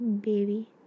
Baby